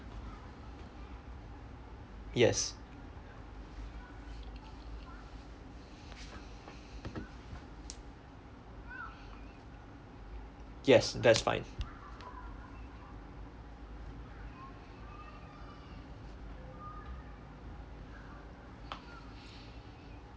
yes yes that's fine